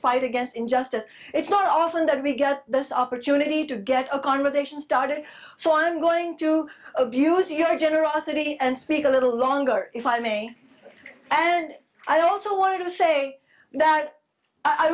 fight against injustice it's not often that we get this opportunity to get a conversation started so i'm going to abuse your generosity and speak a little longer if i may and i also want to say that i